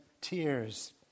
tears